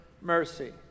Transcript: mercy